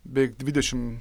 beveik dvidešim